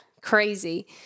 Crazy